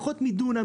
פחות מדונם,